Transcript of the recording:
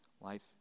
life